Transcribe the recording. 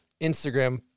Instagram